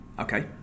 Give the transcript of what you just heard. okay